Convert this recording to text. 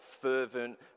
fervent